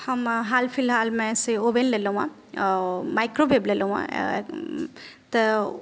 हम हालफिलहालमे से ओवन लेलहुँ हेँ माइक्रोवेव लेलहुँ हेँ तऽ